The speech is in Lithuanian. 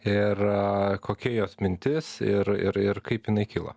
ir kokia jos mintis ir ir ir kaip jinai kilo